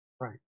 Right